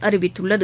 அறிவித்துள்ளது